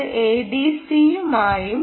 അത് ADCയു മായും